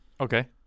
Okay